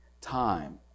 time